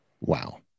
Wow